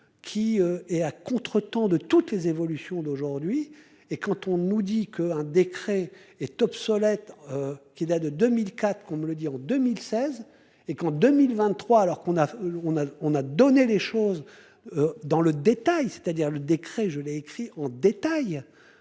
Qui est à contretemps de toutes les évolutions d'aujourd'hui et quand on nous dit que un décret est obsolète. Qui n'a de 2004 qu'on me le dit en 2016 et qu'en 2023 alors qu'on a on a on a donné les choses. Dans le détail, c'est-à-dire le décret, je l'ai écrit en détail.